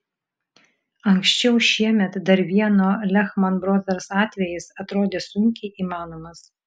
anksčiau šiemet dar vieno lehman brothers atvejis atrodė sunkiai įmanomas